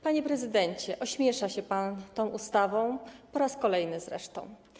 Panie prezydencie, ośmiesza się pan tą ustawą, po raz kolejny zresztą.